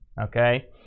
okay